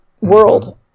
world